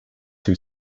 two